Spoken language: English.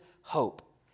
hope